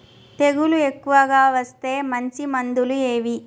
తెగులు ఎక్కువగా వస్తే మంచి మందులు ఏవి?